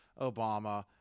Obama